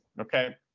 Okay